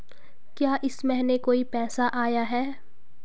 क्या इस महीने कोई पैसा आया है?